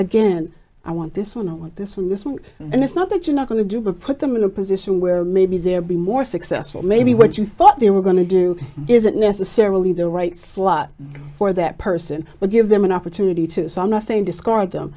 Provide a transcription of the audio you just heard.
again i want this one i want this one this one and it's not that you're not going to do but put them in a position where maybe they're be more successful maybe what you thought they were going to do isn't necessarily the right slot for that person but give them an opportunity to so i'm not saying discard them